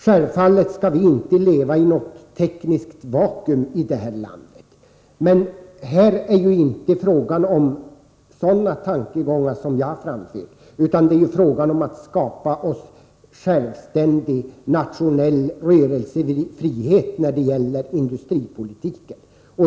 Självfallet skall vi inte leva i något tekniskt vakuum i detta land, men det är inte fråga om det i de tankegångar jag har framfört utan om att skapa en självständig nationell rörelsefrihet när det gäller industripolitiken.